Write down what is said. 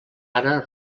ara